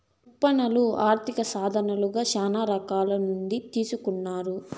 ఉత్పన్నాలు ఆర్థిక సాధనాలుగా శ్యానా రకాల నుండి తీసుకున్నారు